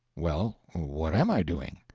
well, what am i doing?